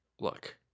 Look